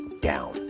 down